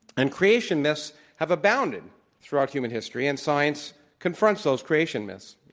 and creation myths have abounded throughout human history, and science confronts those creation myths.